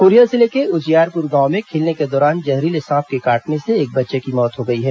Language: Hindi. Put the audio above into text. कोरिया जिले के उजियारपुर गांव में खेलने के दौरान जहरीले सांप के काटने से एक बच्चे की मौत हो गई है